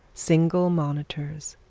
single monitors.